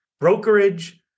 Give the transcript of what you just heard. brokerage